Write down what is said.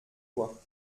toi